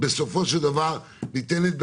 אבל בסוף זה לא יעזור כלום,